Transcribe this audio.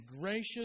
gracious